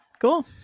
cool